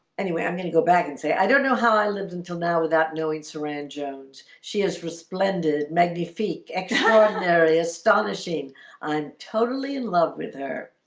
anyway, i'm gonna go back and say i don't know how i lived until now without knowing saran jones. she is resplendent magnifique extraordinary astonishing i'm totally in love with her